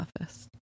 Office